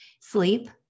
sleep